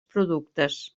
productes